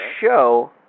show